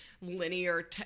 linear